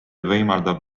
võimaldab